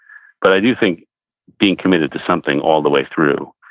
but i do think being committed to something all the way through.